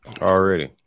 Already